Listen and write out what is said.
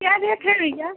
क्या रेट है भैया